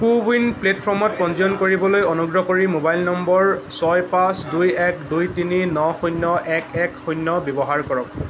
কো win প্লে'টফৰ্মত পঞ্জীয়ন কৰিবলৈ অনুগ্ৰহ কৰি মোবাইল নম্বৰ ছয় পাঁচ দুই এক দুই তিনি ন শূন্য এক এক শূন্য ব্যৱহাৰ কৰক